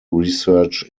research